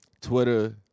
Twitter